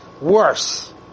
worse